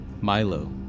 Milo